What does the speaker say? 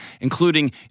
including